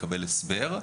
מקבל הסבר.